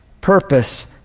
purpose